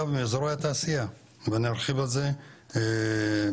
ומאזורי התעשייה ואני ארחיב על זה בהמשך.